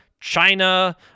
China